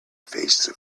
face